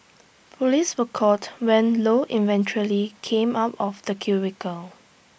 Police were called when Lou eventually came out of the cubicle